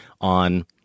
on